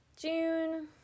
June